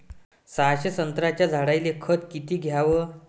सहाशे संत्र्याच्या झाडायले खत किती घ्याव?